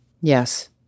Yes